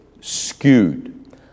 skewed